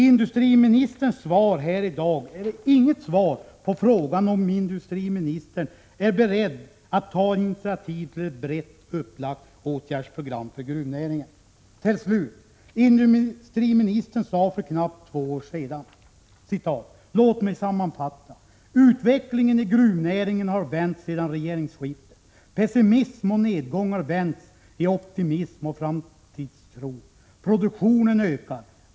Industriministerns svar här i dag är inget svar på frågan, om industriministern är beredd att ta initiativ till ett brett upplagt åtgärdsprogram för gruvnäringen. Industriministern sade för knappt två år sedan: Låt mig sammanfatta! Utvecklingen i gruvnäringen har vänt sedan regeringsskiftet. Pessimism och nedgång har vänts i optimism och framtidstro. Produktionen ökar.